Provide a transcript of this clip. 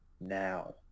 Now